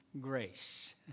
grace